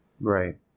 Right